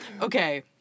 Okay